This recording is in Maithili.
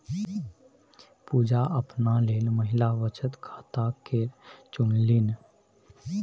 पुजा अपना लेल महिला बचत खाताकेँ चुनलनि